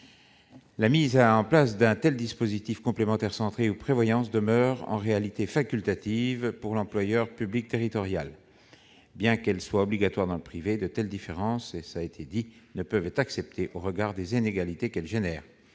La mise en place d'un dispositif complémentaire santé ou prévoyance demeure en réalité facultative pour l'employeur public territorial, bien qu'elle soit obligatoire dans le privé. De telles différences ne peuvent être acceptées au regard des inégalités qu'elles créent,